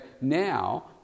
now